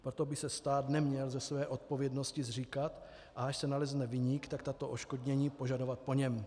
Proto by se stát neměl své odpovědnosti zříkat, a až se nalezne viník, tak tato odškodnění požadovat po něm.